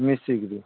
ମିଶିକିରି